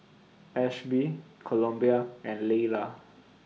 Ashby Columbia and Laylah